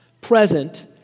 present